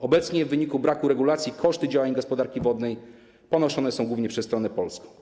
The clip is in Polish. Obecnie w wyniku braku regulacji koszty działań gospodarki wodnej ponoszone są głównie przez stronę polską.